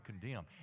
condemn